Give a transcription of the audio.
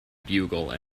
bugle